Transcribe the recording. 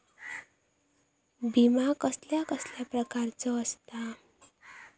विमा कसल्या कसल्या प्रकारचो असता?